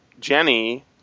Jenny